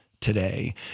today